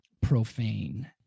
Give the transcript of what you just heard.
profane